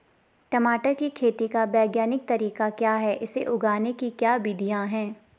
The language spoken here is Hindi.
टमाटर की खेती का वैज्ञानिक तरीका क्या है इसे उगाने की क्या विधियाँ हैं?